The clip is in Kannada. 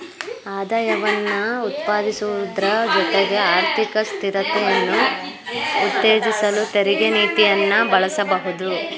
ಆದಾಯವನ್ನ ಉತ್ಪಾದಿಸುವುದ್ರ ಜೊತೆಗೆ ಆರ್ಥಿಕ ಸ್ಥಿರತೆಯನ್ನ ಉತ್ತೇಜಿಸಲು ತೆರಿಗೆ ನೀತಿಯನ್ನ ಬಳಸಬಹುದು